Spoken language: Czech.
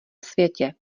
světě